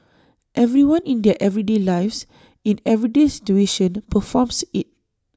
everyone in their everyday lives in everyday situation performs IT